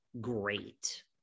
great